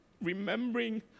remembering